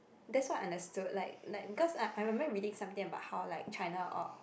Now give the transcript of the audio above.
that's what I understood like like because I I remember reading about how like China or